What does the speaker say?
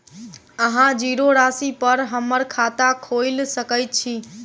अहाँ जीरो राशि पर हम्मर खाता खोइल सकै छी?